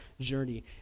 journey